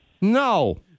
No